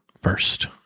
first